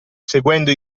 seguendo